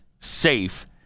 safe